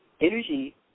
energy